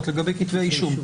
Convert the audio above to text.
האישום.